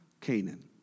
Canaan